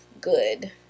good